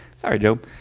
sorry, joe.